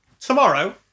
Tomorrow